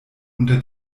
unter